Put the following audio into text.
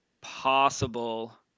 possible